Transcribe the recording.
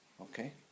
Okay